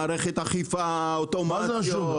מערכת אכיפה אוטומטית.